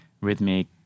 rhythmic